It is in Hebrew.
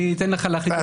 אני אתן לך להחליט,